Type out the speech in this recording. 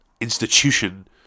institution